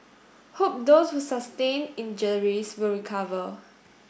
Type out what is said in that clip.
hope those who sustained injuries will recover